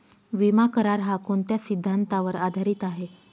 विमा करार, हा कोणत्या सिद्धांतावर आधारीत आहे?